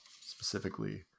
specifically